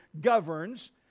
governs